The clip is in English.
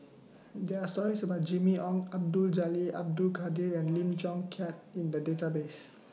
There Are stories about Jimmy Ong Abdul Jalil Abdul Kadir and Lim Chong Keat in The Database